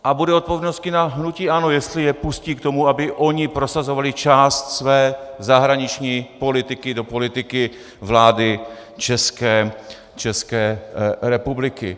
A bude odpovědnost na hnutí ANO, jestli je pustí k tomu, aby oni prosazovali část své zahraniční politiky do politiky vlády České republiky.